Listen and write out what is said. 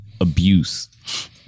abuse